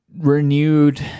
renewed